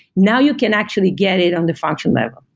now you can actually get it on the function level.